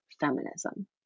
feminism